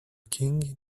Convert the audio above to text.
king